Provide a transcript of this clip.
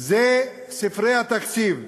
אלה ספרי התקציב.